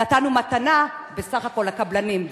נתנו מתנה בסך הכול לקבלנים,